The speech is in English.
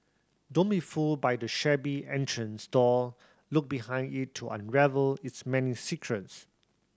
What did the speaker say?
don't be fooled by the shabby entrance door look behind it to unravel its many secrets